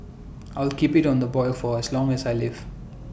I'll keep IT on the boil for as long as I live